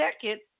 second